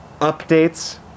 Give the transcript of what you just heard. updates